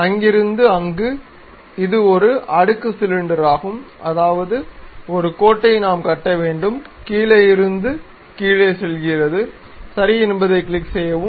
அங்கிருந்து அங்கு இது ஒரு அடுக்கு சிலிண்டராகும் அதாவது ஒரு கோட்டை நாம் கட்ட வேண்டும் கீழே இருந்து கீழே செல்கிறது சரி என்பதைக் கிளிக் செய்யவும்